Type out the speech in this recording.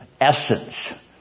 essence